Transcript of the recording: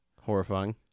Horrifying